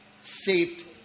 saved